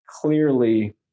clearly